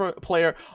player